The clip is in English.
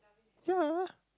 ya